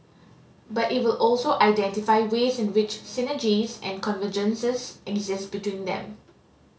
but it will also identify ways in which synergies and convergences exist between them